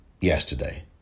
yesterday